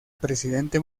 presidente